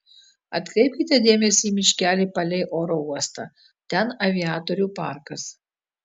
atkreipkite dėmesį į miškelį palei oro uostą ten aviatorių parkas